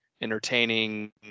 entertaining